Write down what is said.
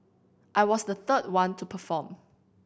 I was the third one to perform